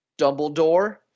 Dumbledore